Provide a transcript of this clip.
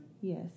Yes